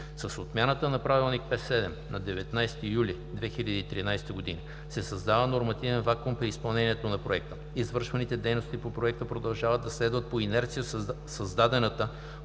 С отмяната на правилник П-7 на 19 юли 2013 г. се създава нормативен вакуум при изпълнението на Проекта. Извършваните дейности по Проекта продължават да следват по инерция създадената